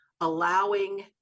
allowing